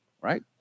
Right